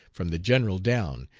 from the general down,